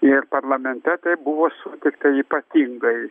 ir parlamente tai buvo sutikta ypatingai